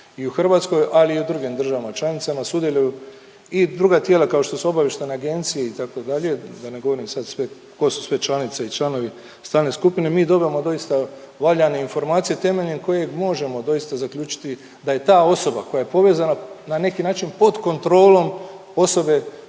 i Hrvatskoj, ali i u drugim državama članicama sudjeluju i druga tijela kao što su obavještajne agencije itd., da ne govorim sad sve ko su sve članice i članovi stalne skupine, mi dobivamo doista valjane informacije temeljem kojih možemo doista zaključiti da je ta osoba koja je povezana na neki način pod kontrolom osobe